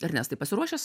ernestai pasiruošęs